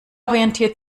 orientiert